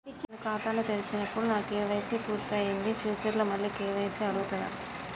నేను ఖాతాను తెరిచినప్పుడు నా కే.వై.సీ పూర్తి అయ్యింది ఫ్యూచర్ లో మళ్ళీ కే.వై.సీ అడుగుతదా?